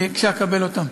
כשאקבל אותם.